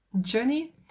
journey